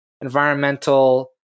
environmental